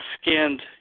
skinned